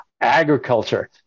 Agriculture